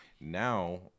Now